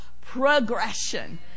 progression